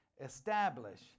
establish